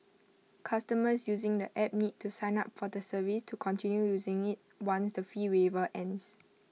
customers using the app need to sign up for the service to continue using IT once the fee waiver ends